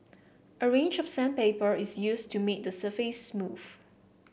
a range of sandpaper is used to make the surface smooth